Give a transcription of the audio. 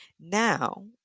Now